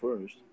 first